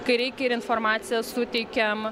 kai reikia ir informaciją suteikiam